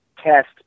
test